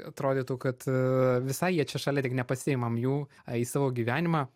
atrodytų kad visai jie čia šalia tik ne pasiimam jų į savo gyvenimą